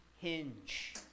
hinge